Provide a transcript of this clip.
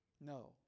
No